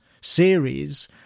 series